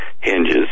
hinges